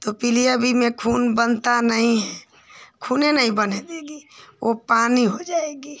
तो पीलिया भी में खून बनता नहीं है खूने नहीं बनने देगा वह पानी हो जाएगा